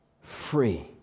free